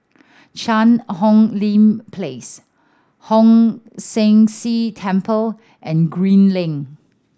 Cheang Hong Lim Place Hong San See Temple and Green Lane